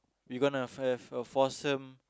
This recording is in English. we gonna have a foursome